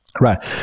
Right